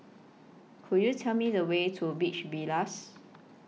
Could YOU Tell Me The Way to Beach Villas